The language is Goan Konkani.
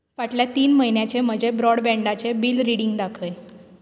फाटल्या तीन म्हयन्याचें म्हजें ब्रॉडबँडाचें बील रिडींग दाखय